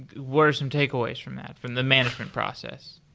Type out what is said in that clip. what are some takeaways from that, from the management process?